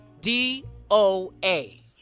D-O-A